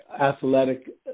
Athletic